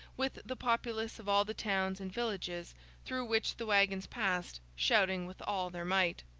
with the populace of all the towns and villages through which the waggons passed, shouting with all their might.